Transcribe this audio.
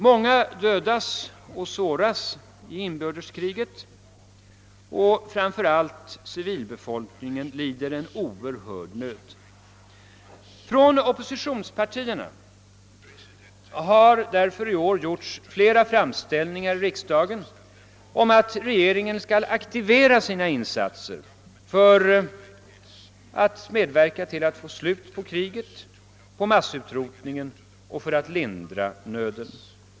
Många dödas och såras i inbördeskriget och framför allt civilbefolkningen lider oerhörd nöd. Från oppositionspartierna har därför i år gjorts flera framställningar i riksdagen om att regeringen skall aktivera sina insatser för att medverka till att få slut på kriget och massutrotningen och för att lindra nöden.